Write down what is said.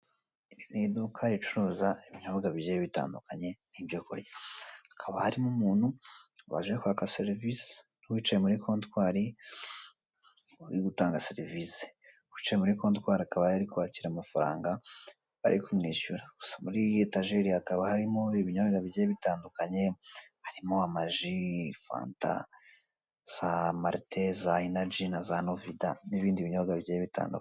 Iri ni iduka ricuruza ibinyobwa bigiye bitandukanye n'ibyokurya. Hakaba harimo umuntu waje kwaka serivise n'uwicaye muri kotwari urigutanga serivise uwicaye muri kotwari akaba arikwakira amafaranga barikumwishyura gusa muriyo etajeri, hakaba harimo ibinyobwa bigiye bitandukanye harimo : amaji, fanta, zamarite, za inaji na za novida n'ibindi binywobwa bigiye bitandukanye.